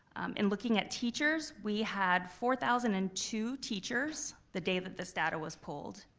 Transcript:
and, looking at teachers, we had four thousand and two teachers the day that this data was pulled.